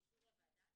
באישור הוועדה,